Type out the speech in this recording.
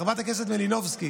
חברת הכנסת מלינובסקי,